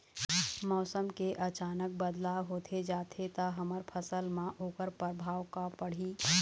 मौसम के अचानक बदलाव होथे जाथे ता हमर फसल मा ओकर परभाव का पढ़ी?